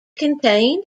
contained